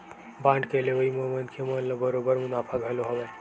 bond के लेवई म मनखे मन ल बरोबर मुनाफा घलो हवय